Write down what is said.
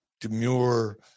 demure